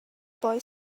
boy